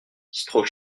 c’est